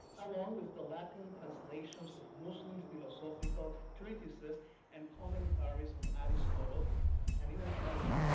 along with the latin translations of muslim philosophical treatises and commentaries on aristotle and even plato.